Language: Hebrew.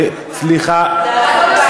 זה הסתה וגזענות.